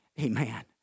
Amen